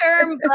term